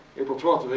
april twelve.